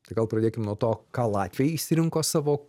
tai gal pradėkim nuo to ką latviai išsirinko savo